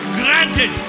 granted